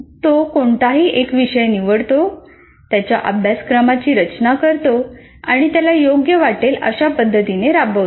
तो कोणताही एक विषय निवडतो त्याच्या अभ्यासक्रमाची रचना करतो आणि त्याला योग्य वाटेल अशा पद्धतीने राबवतो